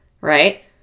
right